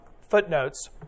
footnotes